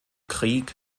krieg